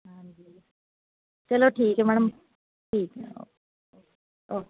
ਹਾਂਜੀ ਚਲੋ ਠੀਕ ਹੈ ਮੈਡਮ ਠੀਕ ਆ ਓਕੇ